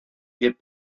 get